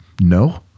no